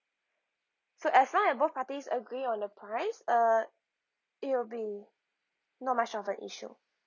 so as long as both parties agree on the price uh it'll be not much of the issue